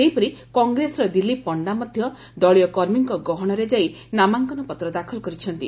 ସେହିପରି କଂଗ୍ରେସର ଦିଲ୍ଲୀପ ପଣ୍ଢା ମଧ ଦଳୀୟ କର୍ମୀଙ୍କ ଗହଶରେ ଯାଇ ନାମାଙ୍କନପତ୍ର ଦାଖଲ କରିଛନ୍ତି